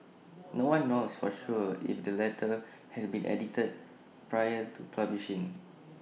no one knows for sure if the letter had been edited prior to publishing